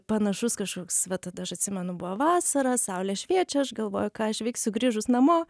panašus kažkoks va tada aš atsimenu buvo vasara saulė šviečia aš galvoju ką aš veiksiu grįžus namo